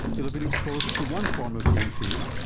you'll have been exposed to one form of game theory,